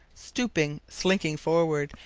stooping, slinking forward,